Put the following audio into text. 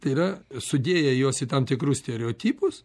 tai yra sudėję juos į tam tikrus stereotipus